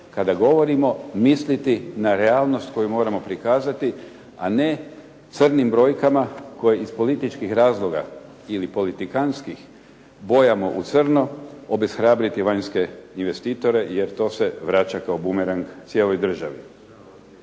kada govorimo misliti na realnost koju moramo prikazati, a ne crnim brojkama koje iz političkih razloga ili politikanskih bojamo u crno obeshrabriti vanjske investitore jer to se vraća kao bumerang cijeloj državi.